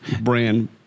brand